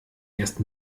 erst